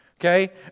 Okay